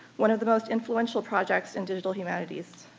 one of the most influential projects in digital humanities.